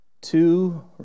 two